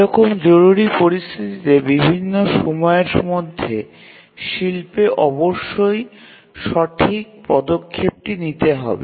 এরকম জরুরি পরিস্থিতিতে নির্দিষ্ট সময়ের মধ্যে শিল্পে অবশ্যই সঠিক পদক্ষেপটি নিতে হবে